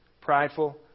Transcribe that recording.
prideful